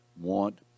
want